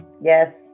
yes